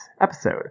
episode